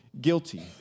guilty